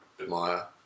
admire